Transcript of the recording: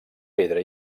pedra